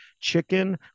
chicken